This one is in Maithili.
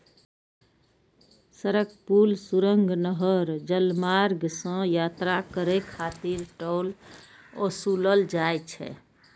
सड़क, पुल, सुरंग, नहर, जलमार्ग सं यात्रा करै खातिर टोल ओसूलल जाइ छै